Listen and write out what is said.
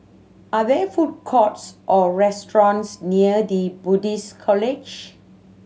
are there food courts or restaurants near The Buddhist College